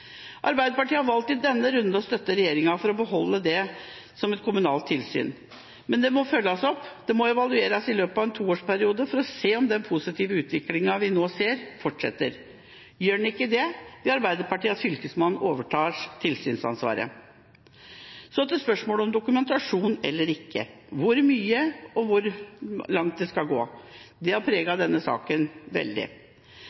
Arbeiderpartiet har i denne runden valgt å støtte regjeringa for å beholde det som et kommunalt tilsyn, men det må følges opp og evalueres i løpet av en toårsperiode for å se om den positive utviklingen vi nå ser, fortsetter. Gjør den ikke det, vil Arbeiderpartiet at Fylkesmannen overtar tilsynsansvaret. Så til spørsmålet om dokumentasjon eller ikke – hvor mye og hvor langt det skal gå. Det har